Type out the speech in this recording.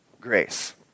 grace